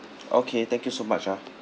okay thank you so much ah